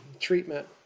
treatment